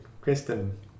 Kristen